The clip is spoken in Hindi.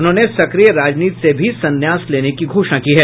उन्होंने सक्रिय राजनीति से भी संन्यास लेने की घोषणा की है